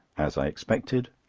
as i expected,